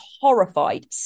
horrified